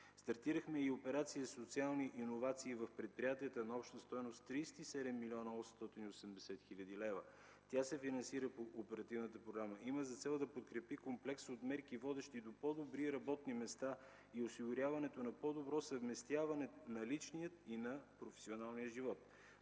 Стартирахме и операция „Социални иновации в предприятията” на обща стойност 37 млн. 880 хил. лв. Тя се финансира по оперативната програма. Има за цел да подкрепи комплекс от мерки, водещи до по-добри работни места и осигуряването на по-добро съвместяване на личния и на професионалния живот.